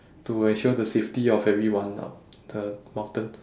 to ensure the safety of everyone on the mountain